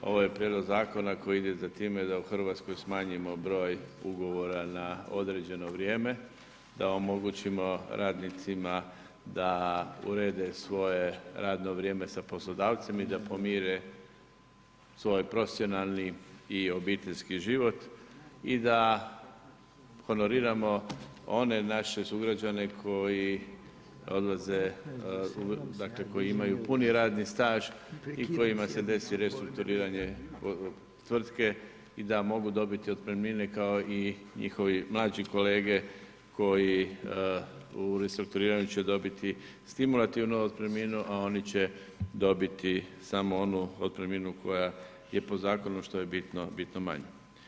Ovo je prijedlog zakona koji ide za time da u Hrvatskoj smanjimo broj ugovora na određeno vrijeme, da omogućimo radnicima da urede svoje radno vrijeme sa poslodavcem i da pomire svoj profesionalni i obiteljski život i da honoriramo one naše sugrađane koji odlaze, dakle koji imaju puni radni staž i kojima se desi restrukturiranje tvrtke i da mogu dobiti otpremnine kao i njihovi mlađi kolege koji u restrukturiranju će dobiti stimulativnu otpremninu, a oni će dobiti samo onu otpremninu koja je po zakonu, što je bitno manja.